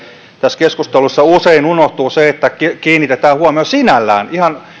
tässä keskustelussa usein unohtuu se että kiinnitetään huomio sinällään ihan